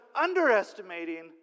underestimating